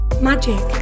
magic